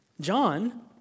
John